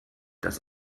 das